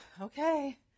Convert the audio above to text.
okay